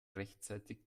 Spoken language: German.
rechtzeitig